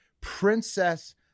Princess